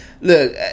Look